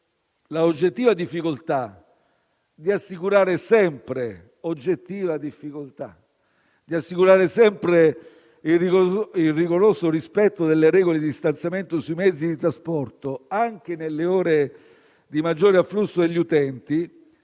oggettiva difficoltà - di assicurare sempre il rigoroso rispetto delle regole di distanziamento sui mezzi di trasporto, anche nelle ore di maggiore afflusso degli utenti,